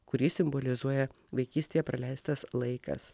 kurį simbolizuoja vaikystėje praleistas laikas